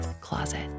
closet